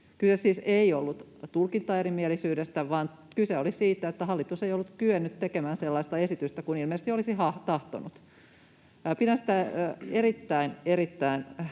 Kyse siis ei ollut tulkintaerimielisyydestä, vaan kyse oli siitä, että hallitus ei ollut kyennyt tekemään sellaista esitystä kuin ilmeisesti olisi tahtonut. Pidän sitä erittäin,